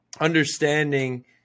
understanding